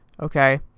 Okay